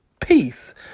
peace